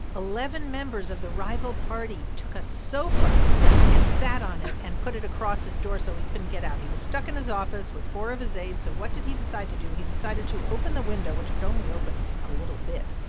eleven members of the rival party took a sofa and sat on it and put it across his door so he couldn't get out. he was stuck in his office with four of his aides. so what did he decide to do? he decided to open the window, which could only open a little bit,